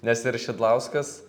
nes ir šidlauskas